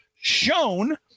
shown